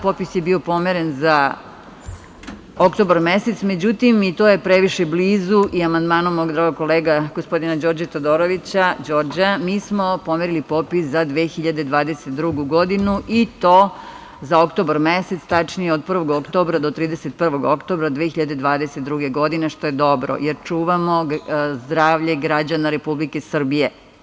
Popis je bio pomeren za oktobar mesec, međutim i to je previše blizu i amandmanom mog kolege gospodina Đorđa Todorovića, mi smo pomerili popis za 2022. godinu i to za oktobar mesec, tačnije od 1. oktobra do 31. oktobra 2022. godine, što je dobro, jer čuvamo zdravlje građana Republike Srbije.